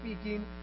speaking